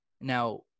Now